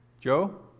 Joe